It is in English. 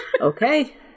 Okay